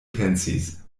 pensis